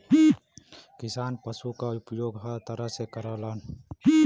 किसान पसु क उपयोग हर तरह से करलन